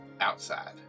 outside